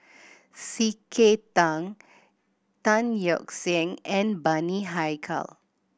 C K Tang Tan Yeok Seong and Bani Haykal